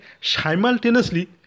simultaneously